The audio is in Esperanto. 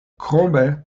krome